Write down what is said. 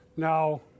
Now